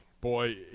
Boy